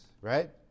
right